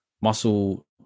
muscle